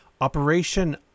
Operation